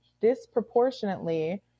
disproportionately